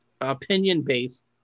opinion-based